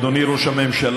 אדוני ראש הממשלה,